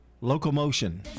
Locomotion